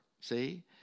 See